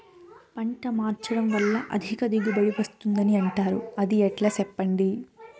పంట మార్చడం వల్ల అధిక దిగుబడి వస్తుందని అంటారు అది ఎట్లా సెప్పండి